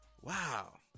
wow